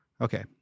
Okay